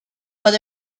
but